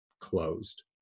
closed